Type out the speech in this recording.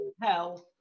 hell